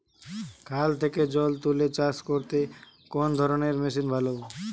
খাল থেকে জল তুলে চাষ করতে কোন ধরনের মেশিন ভালো?